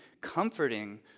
comforting